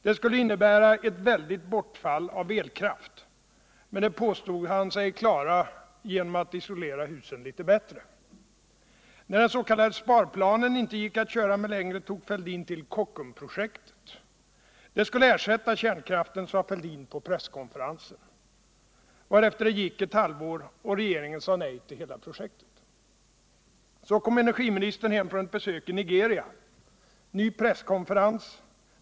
Det skulle innebära ett väldigt bortfall av elkraft. Men det påstår han sig klara genom att isolera husen litet bättre. När dens.k. sparplanen inte gick att köra med längre tog Thorbjörn Fälldin till Kockumsprojektet. Det skulle ersätta kärnkraften, sade herr Fälldin på presskonferensen, varefter det gick et halvår, och regeringen sade nej till hela projektet. Så kom energiministern hem från ett besök i Nigeria. Ny presskonferens.